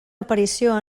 aparició